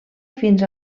fins